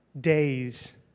days